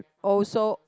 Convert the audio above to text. also